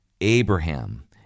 Abraham